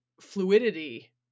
fluidity